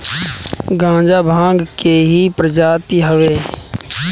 गांजा भांग के ही प्रजाति हवे